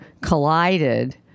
collided